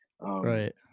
Right